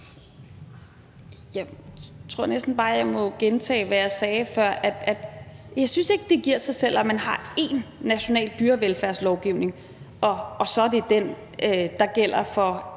Jeg tror næsten bare, at jeg må gentage, hvad jeg sagde før, nemlig at jeg ikke synes, det giver sig selv, at man har én national dyrevelfærdslovgivning, som så skal gælde for